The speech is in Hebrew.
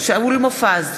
שאול מופז,